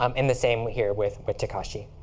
um and the same here, with with takashi.